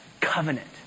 covenant